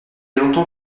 longtemps